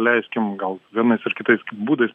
leiskim gal vienais ar kitais būdais